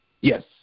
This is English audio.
Yes